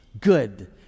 good